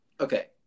okay